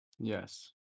Yes